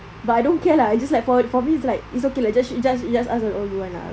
but I don't care lah just like for for me it's like it's okay lah judge judge us all you want lah